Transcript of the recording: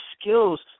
skills